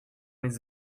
his